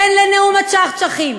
כן לנאום הצ'חצ'חים,